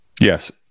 yes